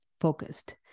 focused